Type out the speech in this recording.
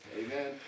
Amen